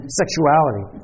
sexuality